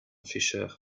fischer